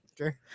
Okay